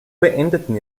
beendeten